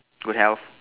good health